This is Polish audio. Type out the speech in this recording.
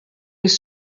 jest